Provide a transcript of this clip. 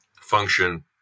function